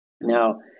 Now